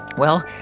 well,